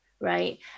right